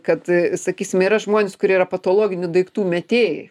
kad sakysime yra žmonės kurie yra patologinių daiktų metėjai